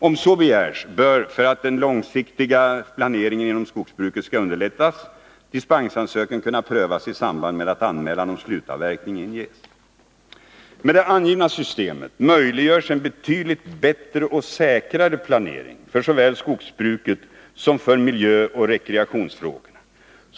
Om så begärs bör, för att den långsiktiga planeringen inom skogsbruket skall underlättas, dispensansökan kunna prövas i samband med att anmälan om slutavverkning inges. Med det angivna systemet möjliggörs en betydligt bättre och säkrare planering såväl för skogsbruket som för miljöoch rekreationsfrågorna.